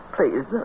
Please